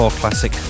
classic